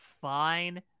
fine